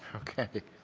okay,